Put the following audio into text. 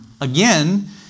again